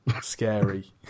scary